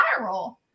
viral